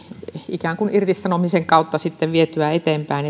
ikään kuin irtisanomisen kautta vietyä eteenpäin